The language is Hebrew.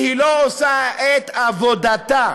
והיא לא עושה את עבודתה.